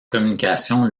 communications